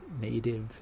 native